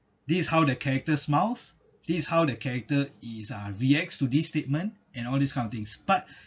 this is how the characters smiles these how the character is uh reacts to this statement and all these kind of things but